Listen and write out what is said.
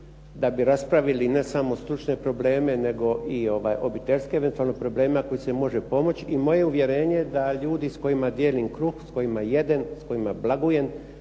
da bi raspravili ne samo stručne probleme nego i obiteljske eventualno probleme na koje se može pomoći i moje uvjerenje da ljudi s kojima dijelim kruh, s kojima jedem, s kojima blagujem,